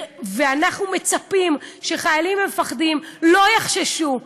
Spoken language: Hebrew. ואנחנו מצפים שחיילים ומפקדים לא יחששו.